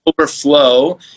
Overflow